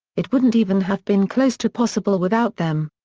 it wouldn't even have been close to possible without them.